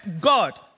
God